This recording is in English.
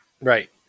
Right